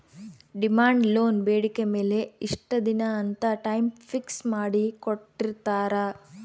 demand loan ಬೇಡಿಕೆ ಮೇಲೆ ಇಷ್ಟ ದಿನ ಅಂತ ಟೈಮ್ ಫಿಕ್ಸ್ ಮಾಡಿ ಕೋಟ್ಟಿರ್ತಾರಾ